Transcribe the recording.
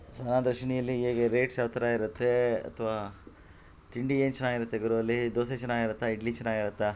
ಸಹನಾ ದರ್ಶಿನಿಯಲ್ಲಿ ಹೇಗೆ ರೇಟ್ಸ್ ಯಾವ ಥರ ಇರುತ್ತೆ ಅಥ್ವಾ ತಿಂಡಿ ಏನು ಚೆನ್ನಾಗಿರುತ್ತೆ ಗುರು ಅಲ್ಲಿ ದೋಸೆ ಚೆನ್ನಾಗಿರುತ್ತಾ ಇಡ್ಲಿ ಚೆನ್ನಾಗಿರುತ್ತಾ